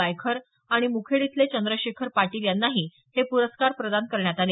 गायखर आणि मुखेड इथले चंद्रशेखर पाटील यांनाही हे पुरस्कार प्रदान करण्यात आले